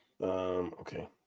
Okay